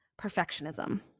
perfectionism